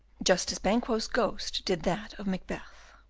just as banquo's ghost did that of macbeth.